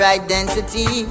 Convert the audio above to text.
identity